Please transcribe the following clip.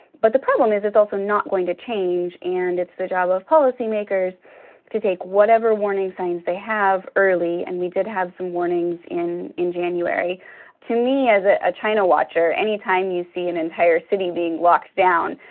but the problem is it's also not going to change. and it's the job of policymakers to take whatever warning signs they have early. and we did have some warnings in in january to me as a ah china watcher. anytime you see an entire city being locked down,